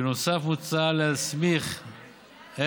בנוסף, מוצע להסמיך, סבטלובה.